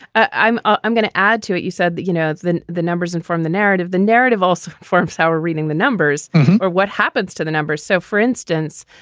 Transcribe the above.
i'm i'm going to add to it, you said that you know, the the numbers in from the narrative. the narrative also forms how we're reading the numbers or what happens to the numbers. so, for instance,